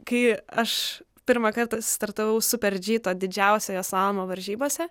kai aš pirmą kartą startavau super dži to didžiausiojo slalomo varžybose